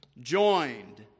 Joined